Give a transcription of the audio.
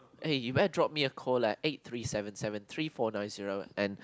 eh you better drop me a call at eight three seven seven three four nine zero and